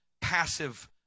passive